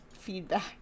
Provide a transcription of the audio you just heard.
feedback